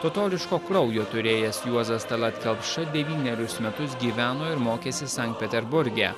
totoriško kraujo turėjęs juozas tallat kelpša devynerius metus gyveno ir mokėsi sankt peterburge